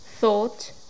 thought